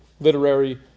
literary